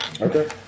Okay